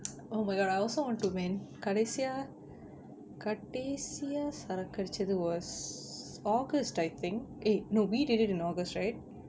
oh my god I also want to man கடைசியா கடைசியா சரக்கு அடுச்சது:kadaisiyaa kadaisiyaa saraku aduchathu was august I think eh no we did it in august right